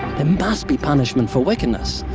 must be punishment for wickedness.